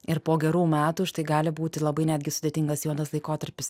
ir po gerų metų štai gali būti labai netgi sudėtingas juodas laikotarpis